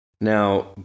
Now